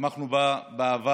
תמכנו בה בעבר.